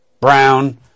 brown